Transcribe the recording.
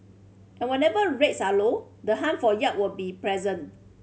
and whenever rates are low the hunt for yield will be present